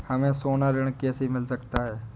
हमें सोना ऋण कैसे मिल सकता है?